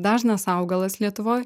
dažnas augalas lietuvoj